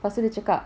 lepas tu dia cakap